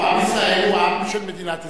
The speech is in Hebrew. לא, עם ישראל הוא עם של מדינת ישראל.